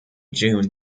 june